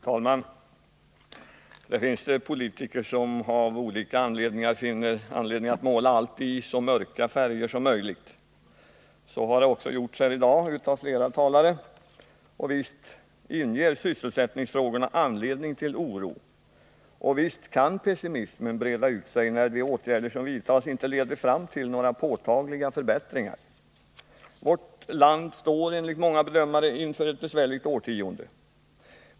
Herr talman! Det finns politiker som av olika anledningar finner anledning att måla allt i så mörka färger som möjligt. Så har det också gjorts här i dag av flera talare. Och visst ger sysselsättningsfrågorna anledning till oro, och visst kan pessimismen breda ut sig när de åtgärder som vidtas inte leder fram till några påtagliga förbättringar. Vårt land står — enligt många bedömare — inför ett besvärligt årtionde.